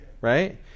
right